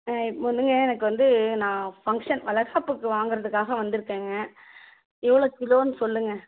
ம் இல்லைங்க எனக்கு வந்து நான் ஃபங்ஷன் வளைகாப்புக்கு வாங்குறதுக்காக வந்துருக்கங்க எவ்வளோ கிலோன்னு சொல்லுங்கள்